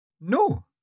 No